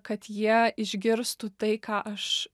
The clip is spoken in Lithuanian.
kad jie išgirstų tai ką aš